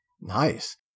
nice